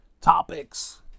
topics